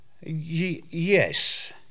Yes